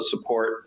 support